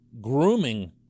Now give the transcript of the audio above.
grooming